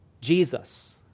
Jesus